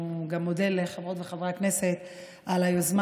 הוא גם מודה לחברות וחברי הכנסת על היוזמה